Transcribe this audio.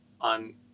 on